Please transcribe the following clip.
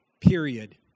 Period